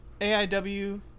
AIW